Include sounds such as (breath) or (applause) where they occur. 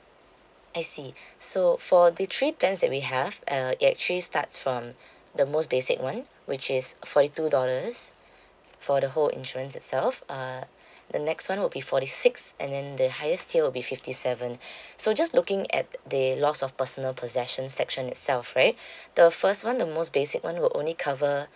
I see (breath) so for the three plans that we have uh it actually starts from (breath) the most basic one which is forty two dollars (breath) for the whole insurance itself uh (breath) the next one will be forty six and then the highest tier will be fifty seven (breath) so just looking at the loss of personal possession section itself right (breath) the first one the most basic one will only cover